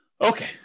Okay